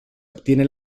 obtiene